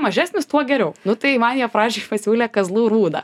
mažesnis tuo geriau nu tai man jie prašė ir pasiūlė kazlų rūdą